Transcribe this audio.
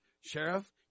Sheriff